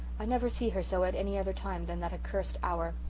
i never see her so at any other time than that accursed hour